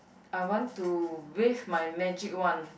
I want to wave my magic one